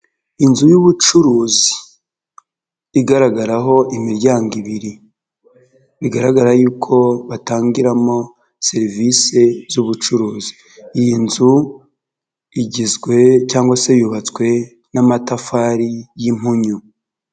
Inzu y' ubucuruzi igaragaraho imiryango ibiri bigaragara yuko batangiramo serivisi z'ubucuruzi, iyi nzu igizwe cyangwa se yubatswe n'amatafari y'impunyu.